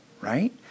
right